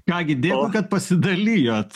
ką gi dėkui kad pasidalijot